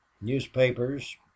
newspapers